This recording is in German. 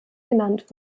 genannt